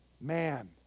Man